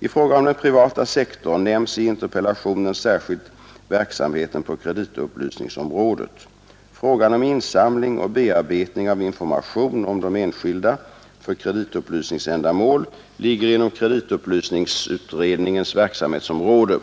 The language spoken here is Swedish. I fråga om den privata sektorn nämns i interpellationen särskilt verksamheten på kreditupplysningsområdet. Frågan om insamling och bearbetning av information om de enskilda för kreditupplysningsändamål ligger inom kreditupplysningsutredningens verksamhetsområde.